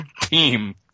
team